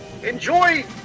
enjoy